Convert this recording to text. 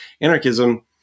anarchism